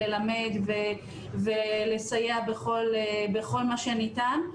ללמד ולסייע בכל מה שניתן.